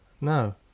No